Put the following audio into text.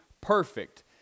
perfect